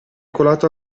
colato